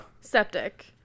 Septic